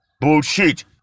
Bullshit